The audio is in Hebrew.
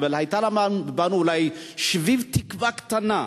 אבל היה בנו אולי שביב תקווה קטן.